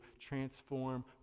transform